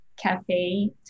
cafe